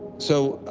so,